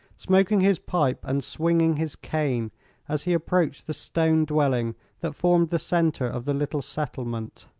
smoking his pipe and swinging his cane as he approached the stone dwelling that formed the center of the little settlement.